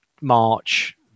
march